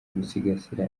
gusigasira